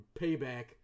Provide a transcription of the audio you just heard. payback